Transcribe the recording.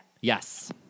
Yes